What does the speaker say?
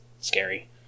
scary